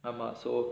ah so